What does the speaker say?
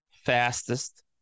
fastest